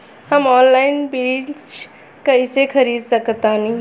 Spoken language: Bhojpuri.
हम ऑनलाइन बीज कईसे खरीद सकतानी?